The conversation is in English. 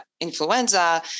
influenza